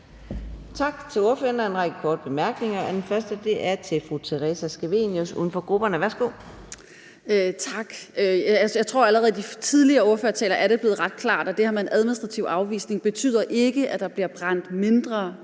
Tak til ordføreren. Der er en række korte bemærkninger, og den første er til fru Theresa Scavenius, uden for grupperne. Værsgo. Kl. 15:20 Theresa Scavenius (UFG): Tak. Jeg tror, at det allerede i de tidligere ordførertaler er blevet ret klart, at det her med en administrativ afvisning ikke betyder, at der bliver brændt mindre